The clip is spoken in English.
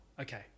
Okay